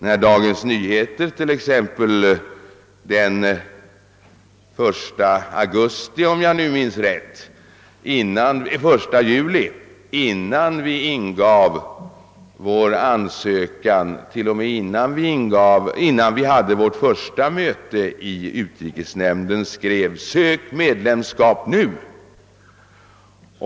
Men Dagens Nyheter skrev den 1 juli — om jag minns rätt — alltså innan vi hade vårt första möte om saken i utrikesnämnden: Sök medlemskap nu!